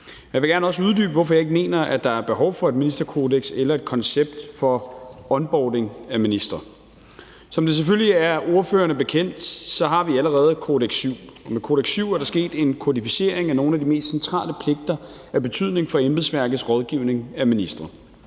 Jeg vil også gerne uddybe, hvorfor jeg ikke mener, at der er behov for et ministerkodeks eller et koncept for onboarding af ministre. Som det selvfølgelig er ordførerne bekendt, har vi allerede »Kodex VII«, og med »Kodex VII« er der sket en kodificering af nogle af de mest centrale pligter af betydning for embedsværkets rådgivning af ministre.